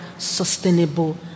sustainable